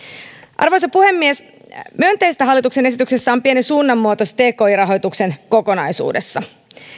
arvoisa puhemies myönteistä hallituksen esityksessä on pieni suunnanmuutos tki rahoituksen kokonaisuudessa